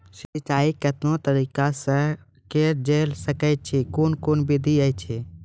सिंचाई कतवा तरीका सअ के जेल सकैत छी, कून कून विधि ऐछि?